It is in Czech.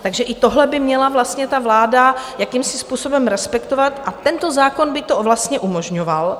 Takže i tohle by měla vláda jakýmsi způsobem respektovat a tento zákon by to vlastně umožňoval.